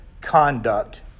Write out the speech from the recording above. conduct